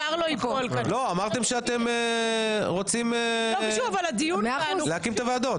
לא, אמרתם שאתם רוצים להקים את הוועדות.